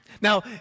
Now